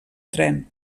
tren